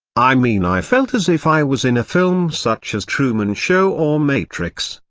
i mean i felt as if i was in a film such as truman show or matrix.